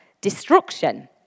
destruction